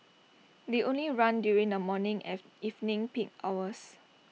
they only run during the morning and evening peak hours